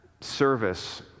service